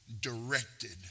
directed